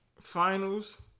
finals